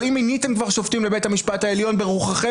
אבל אם כבר מיניתם שופטים לבית המשפט העליון ברוחכם,